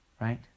right